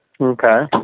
Okay